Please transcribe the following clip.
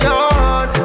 on